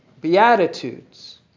Beatitudes